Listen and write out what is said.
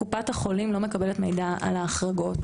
קופת החולים לא מקבלת מידע על ההחרגות